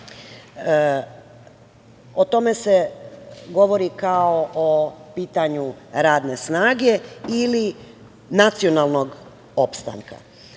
o tome se govori kao o pitanju radne snage ili nacionalnog opstanka.